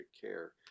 care